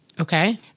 Okay